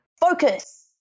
focus